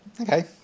Okay